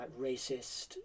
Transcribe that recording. racist